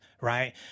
right